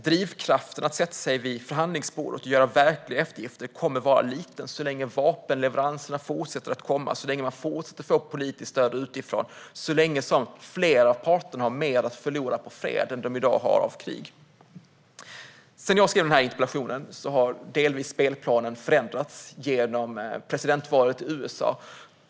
Drivkraften att sätta sig vid förhandlingsbordet och göra verkliga eftergifter kommer att vara liten så länge vapenleveranserna fortsätter att komma, så länge man fortsätter att få politiskt stöd utifrån och så länge som flera av parterna har mer att förlora på fred än vad de har att förlora på krig. Sedan jag skrev min interpellation har spelplanen delvis förändrats genom presidentvalet i USA.